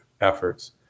efforts